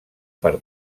per